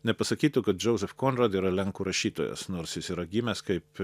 nepasakytų kad džozef konrad yra lenkų rašytojas nors jis yra gimęs kaip